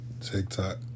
TikTok